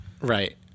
Right